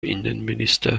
innenminister